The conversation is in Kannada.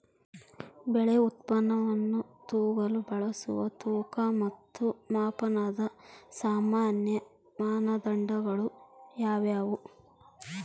ಬೆಳೆ ಉತ್ಪನ್ನವನ್ನು ತೂಗಲು ಬಳಸುವ ತೂಕ ಮತ್ತು ಮಾಪನದ ಸಾಮಾನ್ಯ ಮಾನದಂಡಗಳು ಯಾವುವು?